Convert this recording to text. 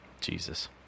Jesus